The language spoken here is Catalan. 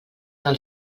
del